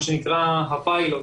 מה שנקרא הפיילוט,